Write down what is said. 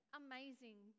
amazing